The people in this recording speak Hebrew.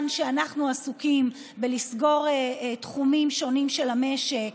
שאנחנו עסוקים בלסגור תחומים שונים של המשק,